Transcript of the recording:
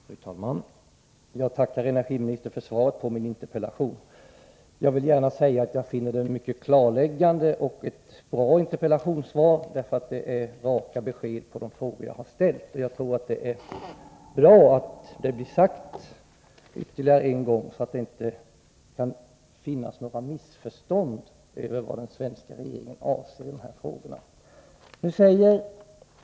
Fru talman! Jag tackar energiministern för svaret på min interpellation. Jag vill gärna säga att jag finner svaret mycket klarläggande och att det är ett bra interpellationssvar, som ger raka besked på de frågor jag har ställt. Jag tror att det är bra att det vi sagt nu blivit sagt ytterligare en gång, så att det inte kan råda några missförstånd om vad den svenska regeringen avser i dessa frågor.